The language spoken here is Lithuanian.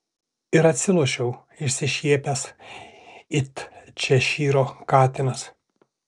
ir atsilošiau išsišiepęs it češyro katinas